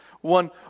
One